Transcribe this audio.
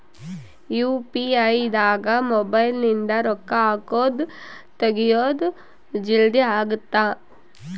UPI ದಾಗ mobile ನಿಂದ ರೊಕ್ಕ ಹಕೊದ್ ತೆಗಿಯೊದ್ ಜಲ್ದೀ ಅಗುತ್ತ